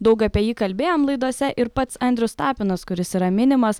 daug apie jį kalbėjom laidose ir pats andrius tapinas kuris yra minimas